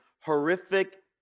horrific